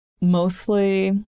mostly